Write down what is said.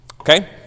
okay